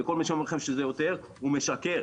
וכל מי שאומר לכם שזה יותר - הוא משקר.